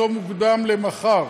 הצום הוקדם למחר.